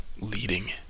leading